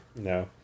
No